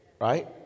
right